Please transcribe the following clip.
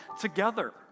together